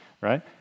right